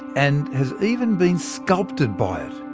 and has even been sculpted by it.